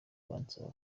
bansaba